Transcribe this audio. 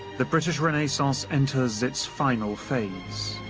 the british renaissance enters its final phase.